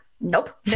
Nope